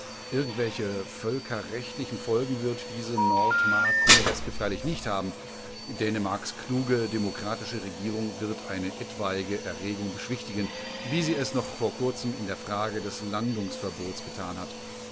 irgendwelche völkerrechtlichen folgen wird diese nordmarkhumoreske freilich nicht haben dänemarks kluge demokratische regierung wird eine etwaige erregung beschwichtigen wie sie es noch vor kurzem in der frage des landungsverbots getan hat